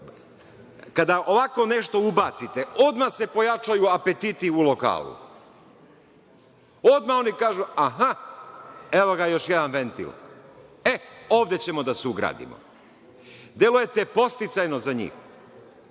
ovako nešto ubacite odmah se pojačaju apetiti u lokalu, odmah kažu – evo ga još jedan ventil, ovde ćemo da se ugradimo. Delujete podsticajno za njih